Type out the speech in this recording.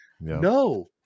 No